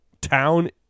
town